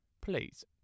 Please